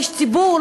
איש ציבור,